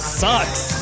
sucks